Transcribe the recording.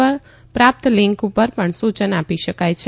પર પ્રાપ્ત લિંક પર પણ સૂચન આપી શકે છે